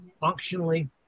functionally